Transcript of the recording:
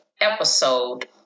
episode